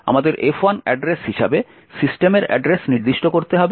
আমাদের F1 address হিসাবে সিস্টেমের অ্যাড্রেস নির্দিষ্ট করতে হবে